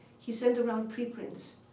he sent around preprints,